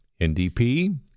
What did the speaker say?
NDP